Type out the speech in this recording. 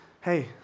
hey